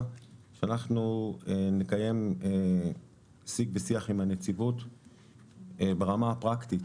שאנחנו נקיים שיג ושיח עם הנציבות ברמה הפרקטית